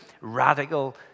radical